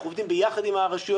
אנחנו עובדים ביחד עם הרשויות.